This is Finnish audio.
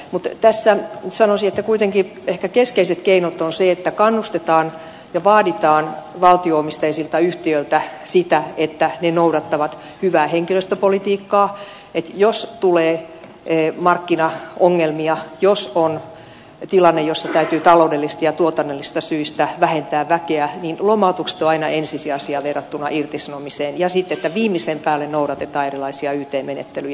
mutta tässä sanoisin että kuitenkin ehkä keskeiset keinot ovat ne että kannustetaan ja vaaditaan valtio omisteisilta yhtiöiltä sitä että ne noudattavat hyvää henkilöstöpolitiikkaa että jos tulee markkinaongelmia jos on tilanne jossa täytyy taloudellisista ja tuotannollisista syistä vähentää väkeä niin lomautukset ovat aina ensisijaisia verrattuna irtisanomiseen ja sitten että viimeisen päälle noudatetaan erilaisia yt menettelyjä